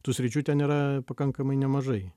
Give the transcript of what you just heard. tų sričių ten yra pakankamai nemažai